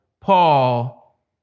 Paul